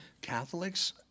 Catholics